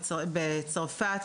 בצרפת